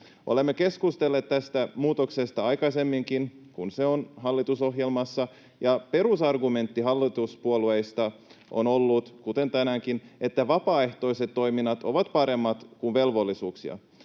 Olemme keskustelleet tästä muutoksesta aikaisemminkin, kun se on hallitusohjelmassa, ja perusargumentti hallituspuolueista on ollut, kuten tänäänkin, että vapaaehtoiset toiminnat ovat parempia kuin velvollisuudet.